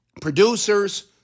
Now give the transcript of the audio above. producers